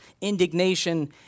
indignation